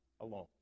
alone